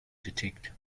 detect